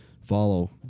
follow